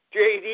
JD